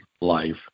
life